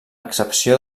excepció